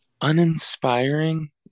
Uninspiring